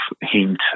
hint